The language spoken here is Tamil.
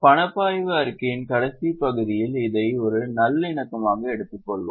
பணப்பாய்வு அறிக்கையின் கடைசி பகுதியில் இதை ஒரு நல்லிணக்கமாக எடுத்துக்கொள்வோம்